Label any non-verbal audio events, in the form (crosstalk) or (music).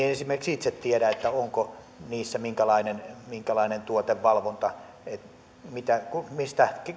(unintelligible) esimerkiksi itse tiedä onko niissä minkälainen minkälainen tuotevalvonta mistä